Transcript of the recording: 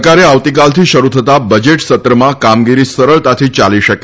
સરકારે આવતીકાલથી શરૂ થતાં બજેટ સત્રમાં કામગીરી સરળતાથી ચાલી શકે